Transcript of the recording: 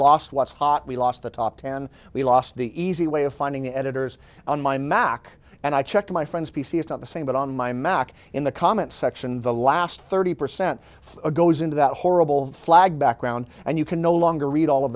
lost was hot we lost the top ten we lost the easy way of finding editors on my mac and i checked my friend's p c it's not the same but on my mac in the comments section the last thirty percent goes into that horrible flag background and you can no longer read all of